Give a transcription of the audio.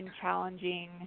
challenging